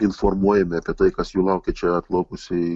informuojami apie tai kas jų laukia čia atplaukus į